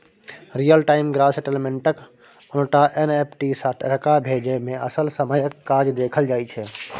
real time gross सेटलमेंटक उनटा NEFT सँ टका भेजय मे असल समयक काज देखल जाइ छै